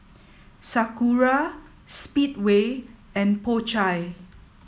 Sakura Speedway and Po Chai